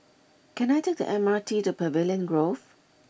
can I take the M R T to Pavilion Grove